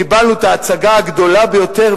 קיבלנו את ההצגה הגדולה ביותר,